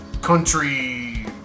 country